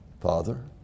Father